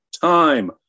time